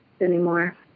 anymore